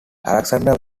alexander